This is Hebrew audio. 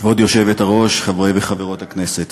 כבוד היושבת-ראש, חברי וחברות הכנסת,